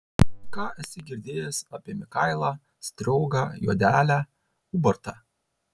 ką esi girdėjęs apie mikailą striogą juodelę ubartą